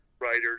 writers